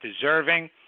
deserving